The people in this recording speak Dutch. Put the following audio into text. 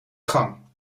gang